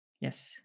Yes